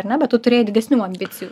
ar ne bet tu turėjai didesnių ambicijų